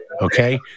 Okay